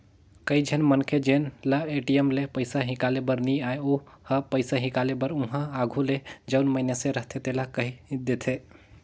कइझन मनखे जेन ल ए.टी.एम ले पइसा हिंकाले बर नी आय ओ ह पइसा हिंकाले बर उहां आघु ले जउन मइनसे रहथे तेला कहि देथे